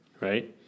Right